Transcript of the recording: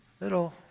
little